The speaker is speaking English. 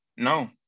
No